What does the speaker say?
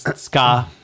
ska